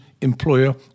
employer